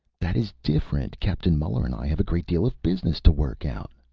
that is different. captain muller and i have a great deal of business to work out.